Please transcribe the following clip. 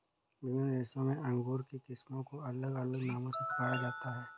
विभिन्न देशों में अंगूर की किस्मों को अलग अलग नामों से पुकारा जाता है